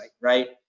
right